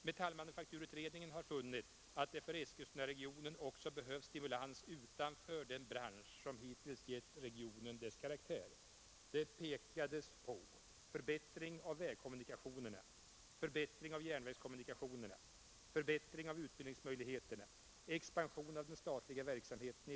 Metallmanufakturutredningen har funnit att Eskilstunaregionen också behöver stimulans utanför den bransch som hittills gett regionen dess karaktär.